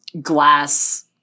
glass